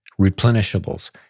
Replenishables